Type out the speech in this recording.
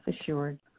assured